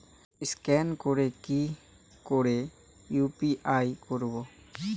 Scan করে কি করে ইউ.পি.আই করবো?